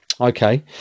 Okay